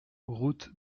route